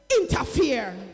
interfere